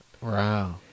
Wow